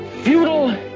futile